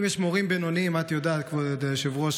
את יודעת, כבוד היושבת-ראש,